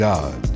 God